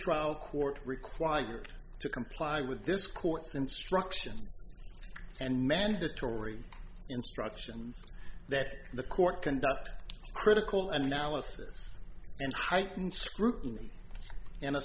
trial court required to comply with this court's instructions and mandatory instructions that the court conduct critical analysis and heightened scrutiny